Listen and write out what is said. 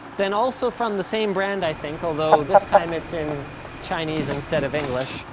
then also from the same brand, i think, although this time it's in chinese instead of english,